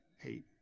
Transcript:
hey